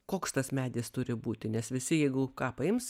koks tas medis turi būti nes visi jeigu ką paims